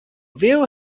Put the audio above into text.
view